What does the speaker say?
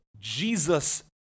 Jesus